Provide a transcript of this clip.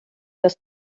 dass